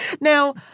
Now